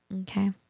Okay